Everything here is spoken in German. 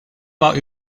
war